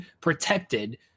protected